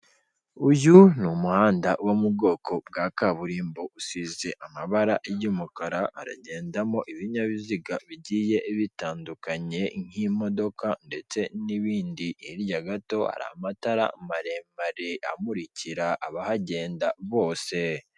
Uyu ni umuhanda wo mu bwoko bwa kaburimbo usize amabara y'umukara ugendamo ibinyabiziga bigiye bitandukanye nk'imodoka ndetse n'ibindi, hirya gato hari amatara maremare amurikira abahagenda bose.